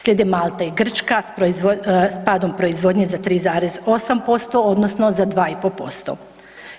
Slijede Malta i Grčka sa padom proizvodnje za 3,8% odnosno za 2,5%